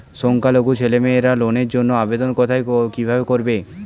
সংখ্যালঘু ছেলেমেয়েরা লোনের জন্য আবেদন কোথায় কিভাবে করবে?